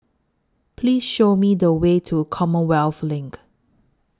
Please Show Me The Way to Commonwealth LINK